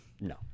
no